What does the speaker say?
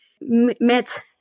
met